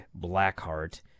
Blackheart